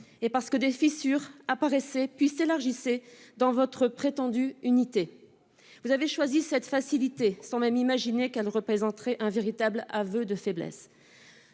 et parce que des fissures apparaissaient et s'élargissaient au sein de votre prétendue unité. Vous avez choisi cette facilité sans même imaginer qu'elle représenterait un véritable aveu de faiblesse.